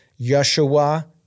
Yeshua